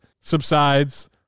subsides